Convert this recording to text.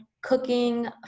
cooking